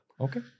Okay